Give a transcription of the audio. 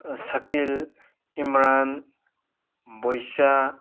ꯑꯁꯀꯤꯜ Imran ꯕꯣꯏꯆꯥ